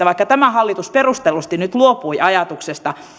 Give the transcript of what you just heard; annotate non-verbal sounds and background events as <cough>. <unintelligible> vaikka tämä hallitus perustellusti nyt luopui ajatuksesta